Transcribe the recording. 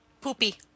Poopy